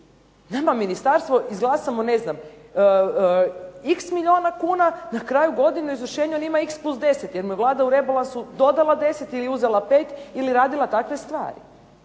Nama Ministarstvo, izglasamo x milijuna kuna, na kraju godine u izvršenju on ima x plus 10 jer mu je Vlada u rebalansu dodala deset ili uzela pet ili radila takve stvari.